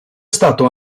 stato